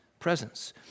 presence